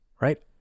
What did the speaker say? right